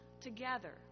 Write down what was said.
together